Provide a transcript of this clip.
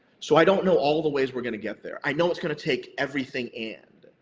so i don't know all the ways we're going to get there. i know it's going to take everything and.